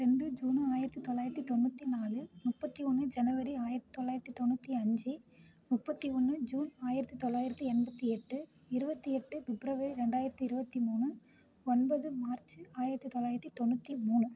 ரெண்டு ஜூனு ஆயிரத்தி தொள்ளாயிரத்தி தொண்ணூற்றி நாலு முப்பத்தி ஒன்று ஜனவரி ஆயிரத்தி தொள்ளாயிரத்தி தொண்ணூற்றி அஞ்சு முப்பத்தி ஒன்று ஜூன் ஆயிரத்தி தொள்ளாயிரத்தி எண்பத்தி எட்டு இருபத்தி எட்டு பிப்ரவரி ரெண்டாயிரத்தி இருபத்தி மூணு ஒன்பது மார்ச்சு ஆயிரத்தி தொள்ளாயிரத்தி தொண்ணூற்றி மூணு